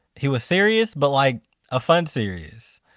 he was serious but like a fun serious.